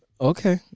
Okay